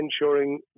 ensuring